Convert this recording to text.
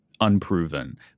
unproven